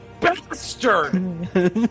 bastard